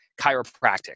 chiropractic